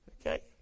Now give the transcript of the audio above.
okay